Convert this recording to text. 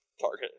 target